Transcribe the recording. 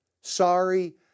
Sorry